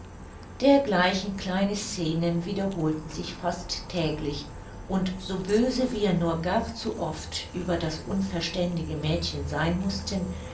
dergleichen kleine scenen wiederholten sich fast täglich und so böse wir nur gar zu oft über das unverständige mädchen sein mußten